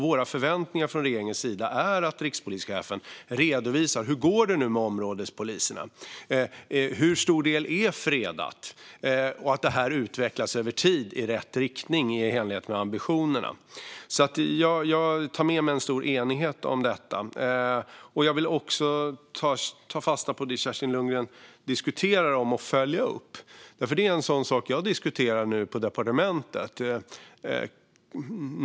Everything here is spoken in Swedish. Våra förväntningar från regeringens sida är att rikspolischefen redovisar: Hur går det med områdespoliserna? Hur stor del är fredad? Utvecklas detta över tid i rätt riktning i enlighet med ambitionerna? Jag tar med mig en stor enighet om detta. Jag vill också ta fasta på det Kerstin Lundgren diskuterar om att följa upp. Det är sådant jag nu diskuterar på departementet.